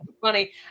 funny